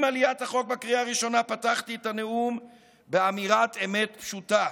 עם עליית החוק בקריאה הראשונה פתחתי את הנאום באמירת אמת פשוטה: